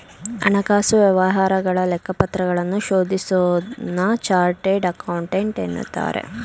ಹಣಕಾಸು ವ್ಯವಹಾರಗಳ ಲೆಕ್ಕಪತ್ರಗಳನ್ನು ಶೋಧಿಸೋನ್ನ ಚಾರ್ಟೆಡ್ ಅಕೌಂಟೆಂಟ್ ಎನ್ನುತ್ತಾರೆ